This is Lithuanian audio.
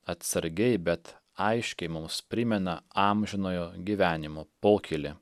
atsargiai bet aiškiai mums primena amžinojo gyvenimo pokylį